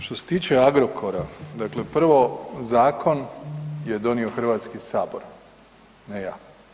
Što se tiče Agrokora, dakle prvo zakon je donio Hrvatski sabor, ne ja.